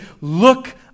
Look